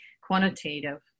quantitative